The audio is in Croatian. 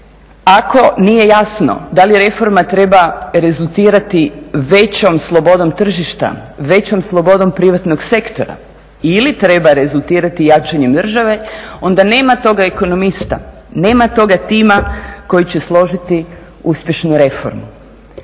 ako nije jasno da li reforma treba rezultirati većom slobodom tržišta, većom slobodom privatnog sektora ili treba rezultirati jačanjem države, onda nema tog ekonomista, nema toga tima koji će složiti uspješnu reformu.